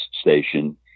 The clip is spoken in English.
station